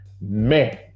Man